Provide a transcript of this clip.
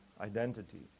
identity